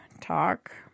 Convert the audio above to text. talk